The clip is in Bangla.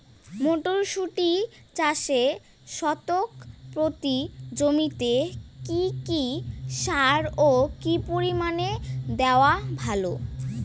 মটরশুটি চাষে শতক প্রতি জমিতে কী কী সার ও কী পরিমাণে দেওয়া ভালো?